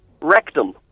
Rectum